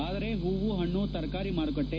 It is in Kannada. ಆದರೆ ಹೂವು ಹಣ್ಣು ತರಕಾರಿ ಮಾರುಕಟ್ಟೆ